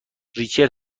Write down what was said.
ریچل